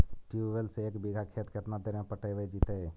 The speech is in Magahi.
ट्यूबवेल से एक बिघा खेत केतना देर में पटैबए जितै?